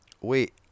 Wait